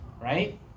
right